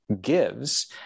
gives